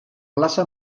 plaça